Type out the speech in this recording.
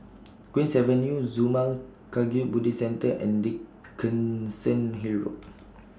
Queen's Avenue Zurmang Kagyud Buddhist Centre and Dickenson Hill Road